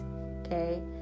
Okay